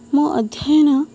ମୋ ଅଧ୍ୟୟନ